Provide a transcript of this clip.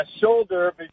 shoulder